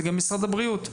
זה גם משרד הבריאות.